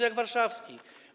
jak warszawski.